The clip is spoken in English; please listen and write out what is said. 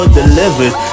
delivered